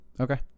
Okay